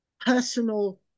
personal